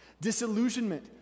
Disillusionment